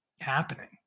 happening